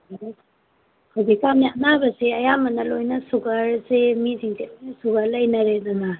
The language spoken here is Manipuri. ꯍꯧꯖꯤꯛ ꯀꯥꯟꯒꯤ ꯑꯅꯥꯕꯁꯦ ꯑꯌꯥꯝꯕꯅ ꯂꯣꯏꯅ ꯁꯨꯒꯔꯁꯦ ꯃꯤꯁꯤꯡꯁꯦ ꯂꯣꯏꯅ ꯁꯨꯒꯔ ꯂꯩꯅꯔꯦꯗꯅ